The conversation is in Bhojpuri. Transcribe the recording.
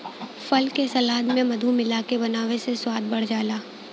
फल के सलाद में मधु मिलाके बनावे से स्वाद बढ़ जाला